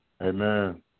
Amen